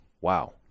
wow